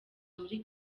muri